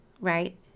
right